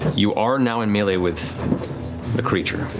you are now in melee with the creature,